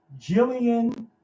Jillian